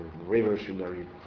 revolutionary